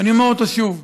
ואני אומר אותו שוב,